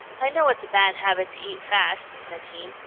i know it's a bad habit to eat fast, said he,